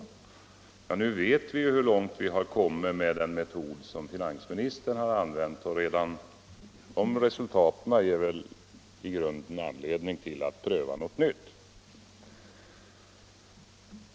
Ja, nu vet alla hur långt man har kommit med den metod som finansministern använt, och redan de resultaten ger väl i grunden anledning att pröva något nytt.